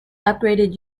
upgraded